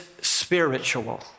spiritual